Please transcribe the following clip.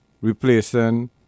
replacing